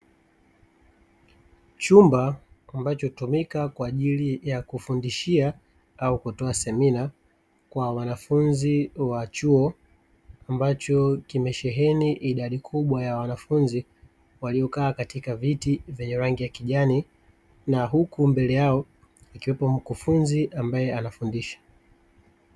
Chumba ambacho hutumika kwa ajili ya kufundishia au kutoa semina kwa wanafunzi wa chuo ambacho kimesheheni idadi kubwa ya wanafunzi waliokaa katika viti vyenye rangi ya kijani na huku mbele yao kukiwepo mkufunzi ambae anafundisha.